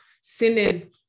sending